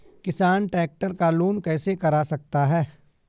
किसान ट्रैक्टर का लोन कैसे करा सकता है?